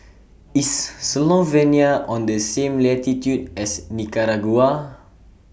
IS Slovenia on The same latitude as Nicaragua